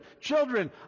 children